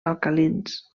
alcalins